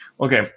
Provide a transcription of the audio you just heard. Okay